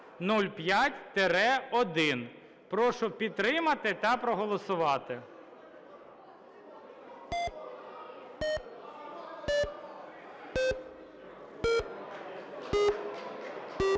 3205-1. Прошу підтримати та проголосувати.